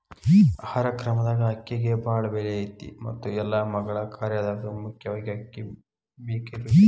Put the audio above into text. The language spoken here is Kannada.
ಆಹಾರ ಕ್ರಮದಾಗ ಅಕ್ಕಿಗೆ ಬಾಳ ಬೆಲೆ ಐತಿ ಮತ್ತ ಎಲ್ಲಾ ಮಗಳ ಕಾರ್ಯದಾಗು ಮುಖ್ಯವಾಗಿ ಅಕ್ಕಿ ಬೇಕಬೇಕ